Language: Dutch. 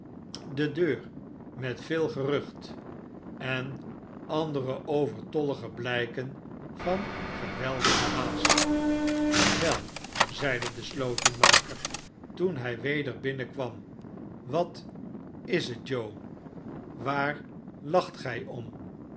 de deur met veel gerttcht en andere overtollige blijken van geweldige haast wel zeide de slotenmaker toen hij weder binnenkwam wat barnaby rudge is het joe waar lacht gij om